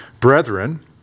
brethren